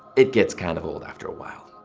it gets kind of old after a while,